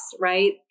right